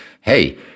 hey